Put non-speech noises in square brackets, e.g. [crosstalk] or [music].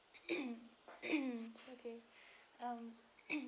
[noise] [noise] okay um [noise]